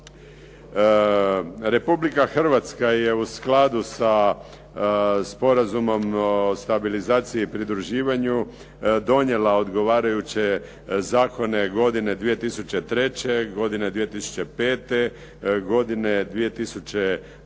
Republika Hrvatska je u skladu sa Sporazumom o stabilizaciji i pridruživanju donijela odgovarajuće zakone godine 2003., godine 2005., godine 2007.,